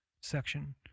section